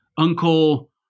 uncle